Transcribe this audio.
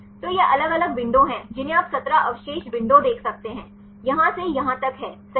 तो ये अलग अलग विंडो हैं जिन्हें आप 17 अवशेष विंडो देख सकते हैं यहाँ से यहाँ तक है सही